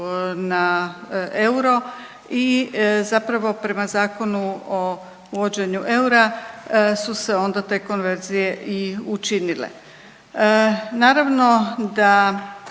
na euro i zapravo prema Zakonu o uvođenju eura su se onda te konverzije i učinile. Naravno da